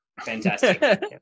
fantastic